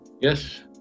Yes